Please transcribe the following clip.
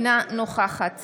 אינה נוכחת